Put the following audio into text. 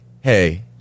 Hey